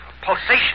pulsation